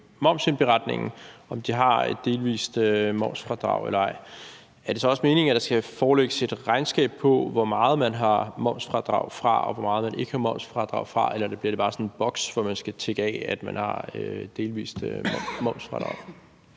momsindberetningen, om de har et delvis momsfradrag eller ej. Er det så også meningen, at der skal forelægges et regnskab over, hvor meget man har momsfradrag for, og hvor meget man ikke har momsfradrag for, eller bliver det bare sådan en boks, hvor man skal krydse af, at man har delvis momsfradrag?